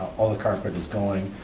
all the carpet is going,